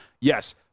Yes